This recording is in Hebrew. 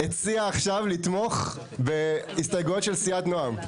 הציעה עכשיו לתמוך בהסתייגויות של סיעת "נעם".